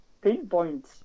pinpoint